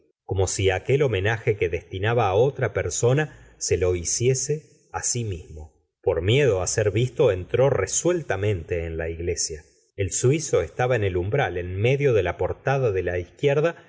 como si aquel homenaje que destinaba á otra persona se lo hiciese á si mismo por miedo á ser visto entró resueltamente en la iglesia el suizo estaba en el umbral en medio de la portada de la izquierda